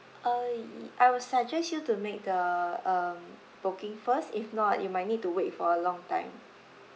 uh I will suggest you to make the um booking first if not you might need to wait for a long time